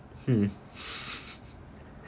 hmm